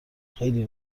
خیلی